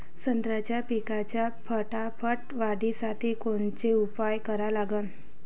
संत्रा पिकाच्या फटाफट वाढीसाठी कोनचे उपाव करा लागन?